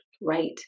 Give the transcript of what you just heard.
right